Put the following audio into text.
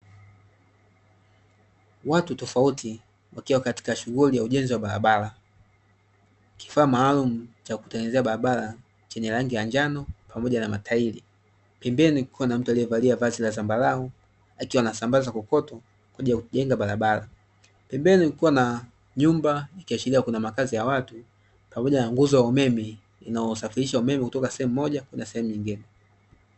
Watu tofauti wakiwa katika shughuli ya ujenzi wa barabara, kifaa maalum cha kutengenezea barabara chenye rangi ya njano pamoja na matairi, pembeni kukiwa na mtu aliyevalia vazi la zambarau akiwa anasambaza kokoto kwaajili ya kujenga barabara, pembeni kukiwa na nyumba ikiashiria kuna makazi ya watu pamoja na nguzo ya umeme inayosafirisha umeme kutoka sehemu moja kwenda sehemu nyingine.